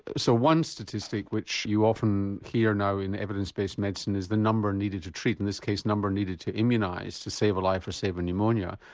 so one statistic which you often hear now in evidence-based medicine is the number needed to treat, in this case the number needed to immunise to save a life or save but pneumonia.